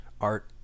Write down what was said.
art